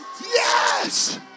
Yes